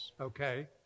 okay